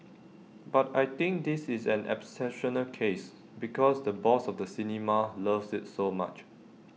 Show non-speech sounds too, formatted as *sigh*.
*noise* but I think this is an exceptional case *noise* because the boss of the cinema loves IT so much